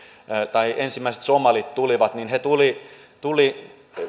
ensimmäiset somalit tulivat he tulivat tulivat